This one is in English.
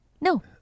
No